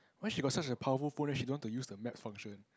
when she got such a powerful phone then she don't want to use the map function